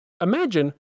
Imagine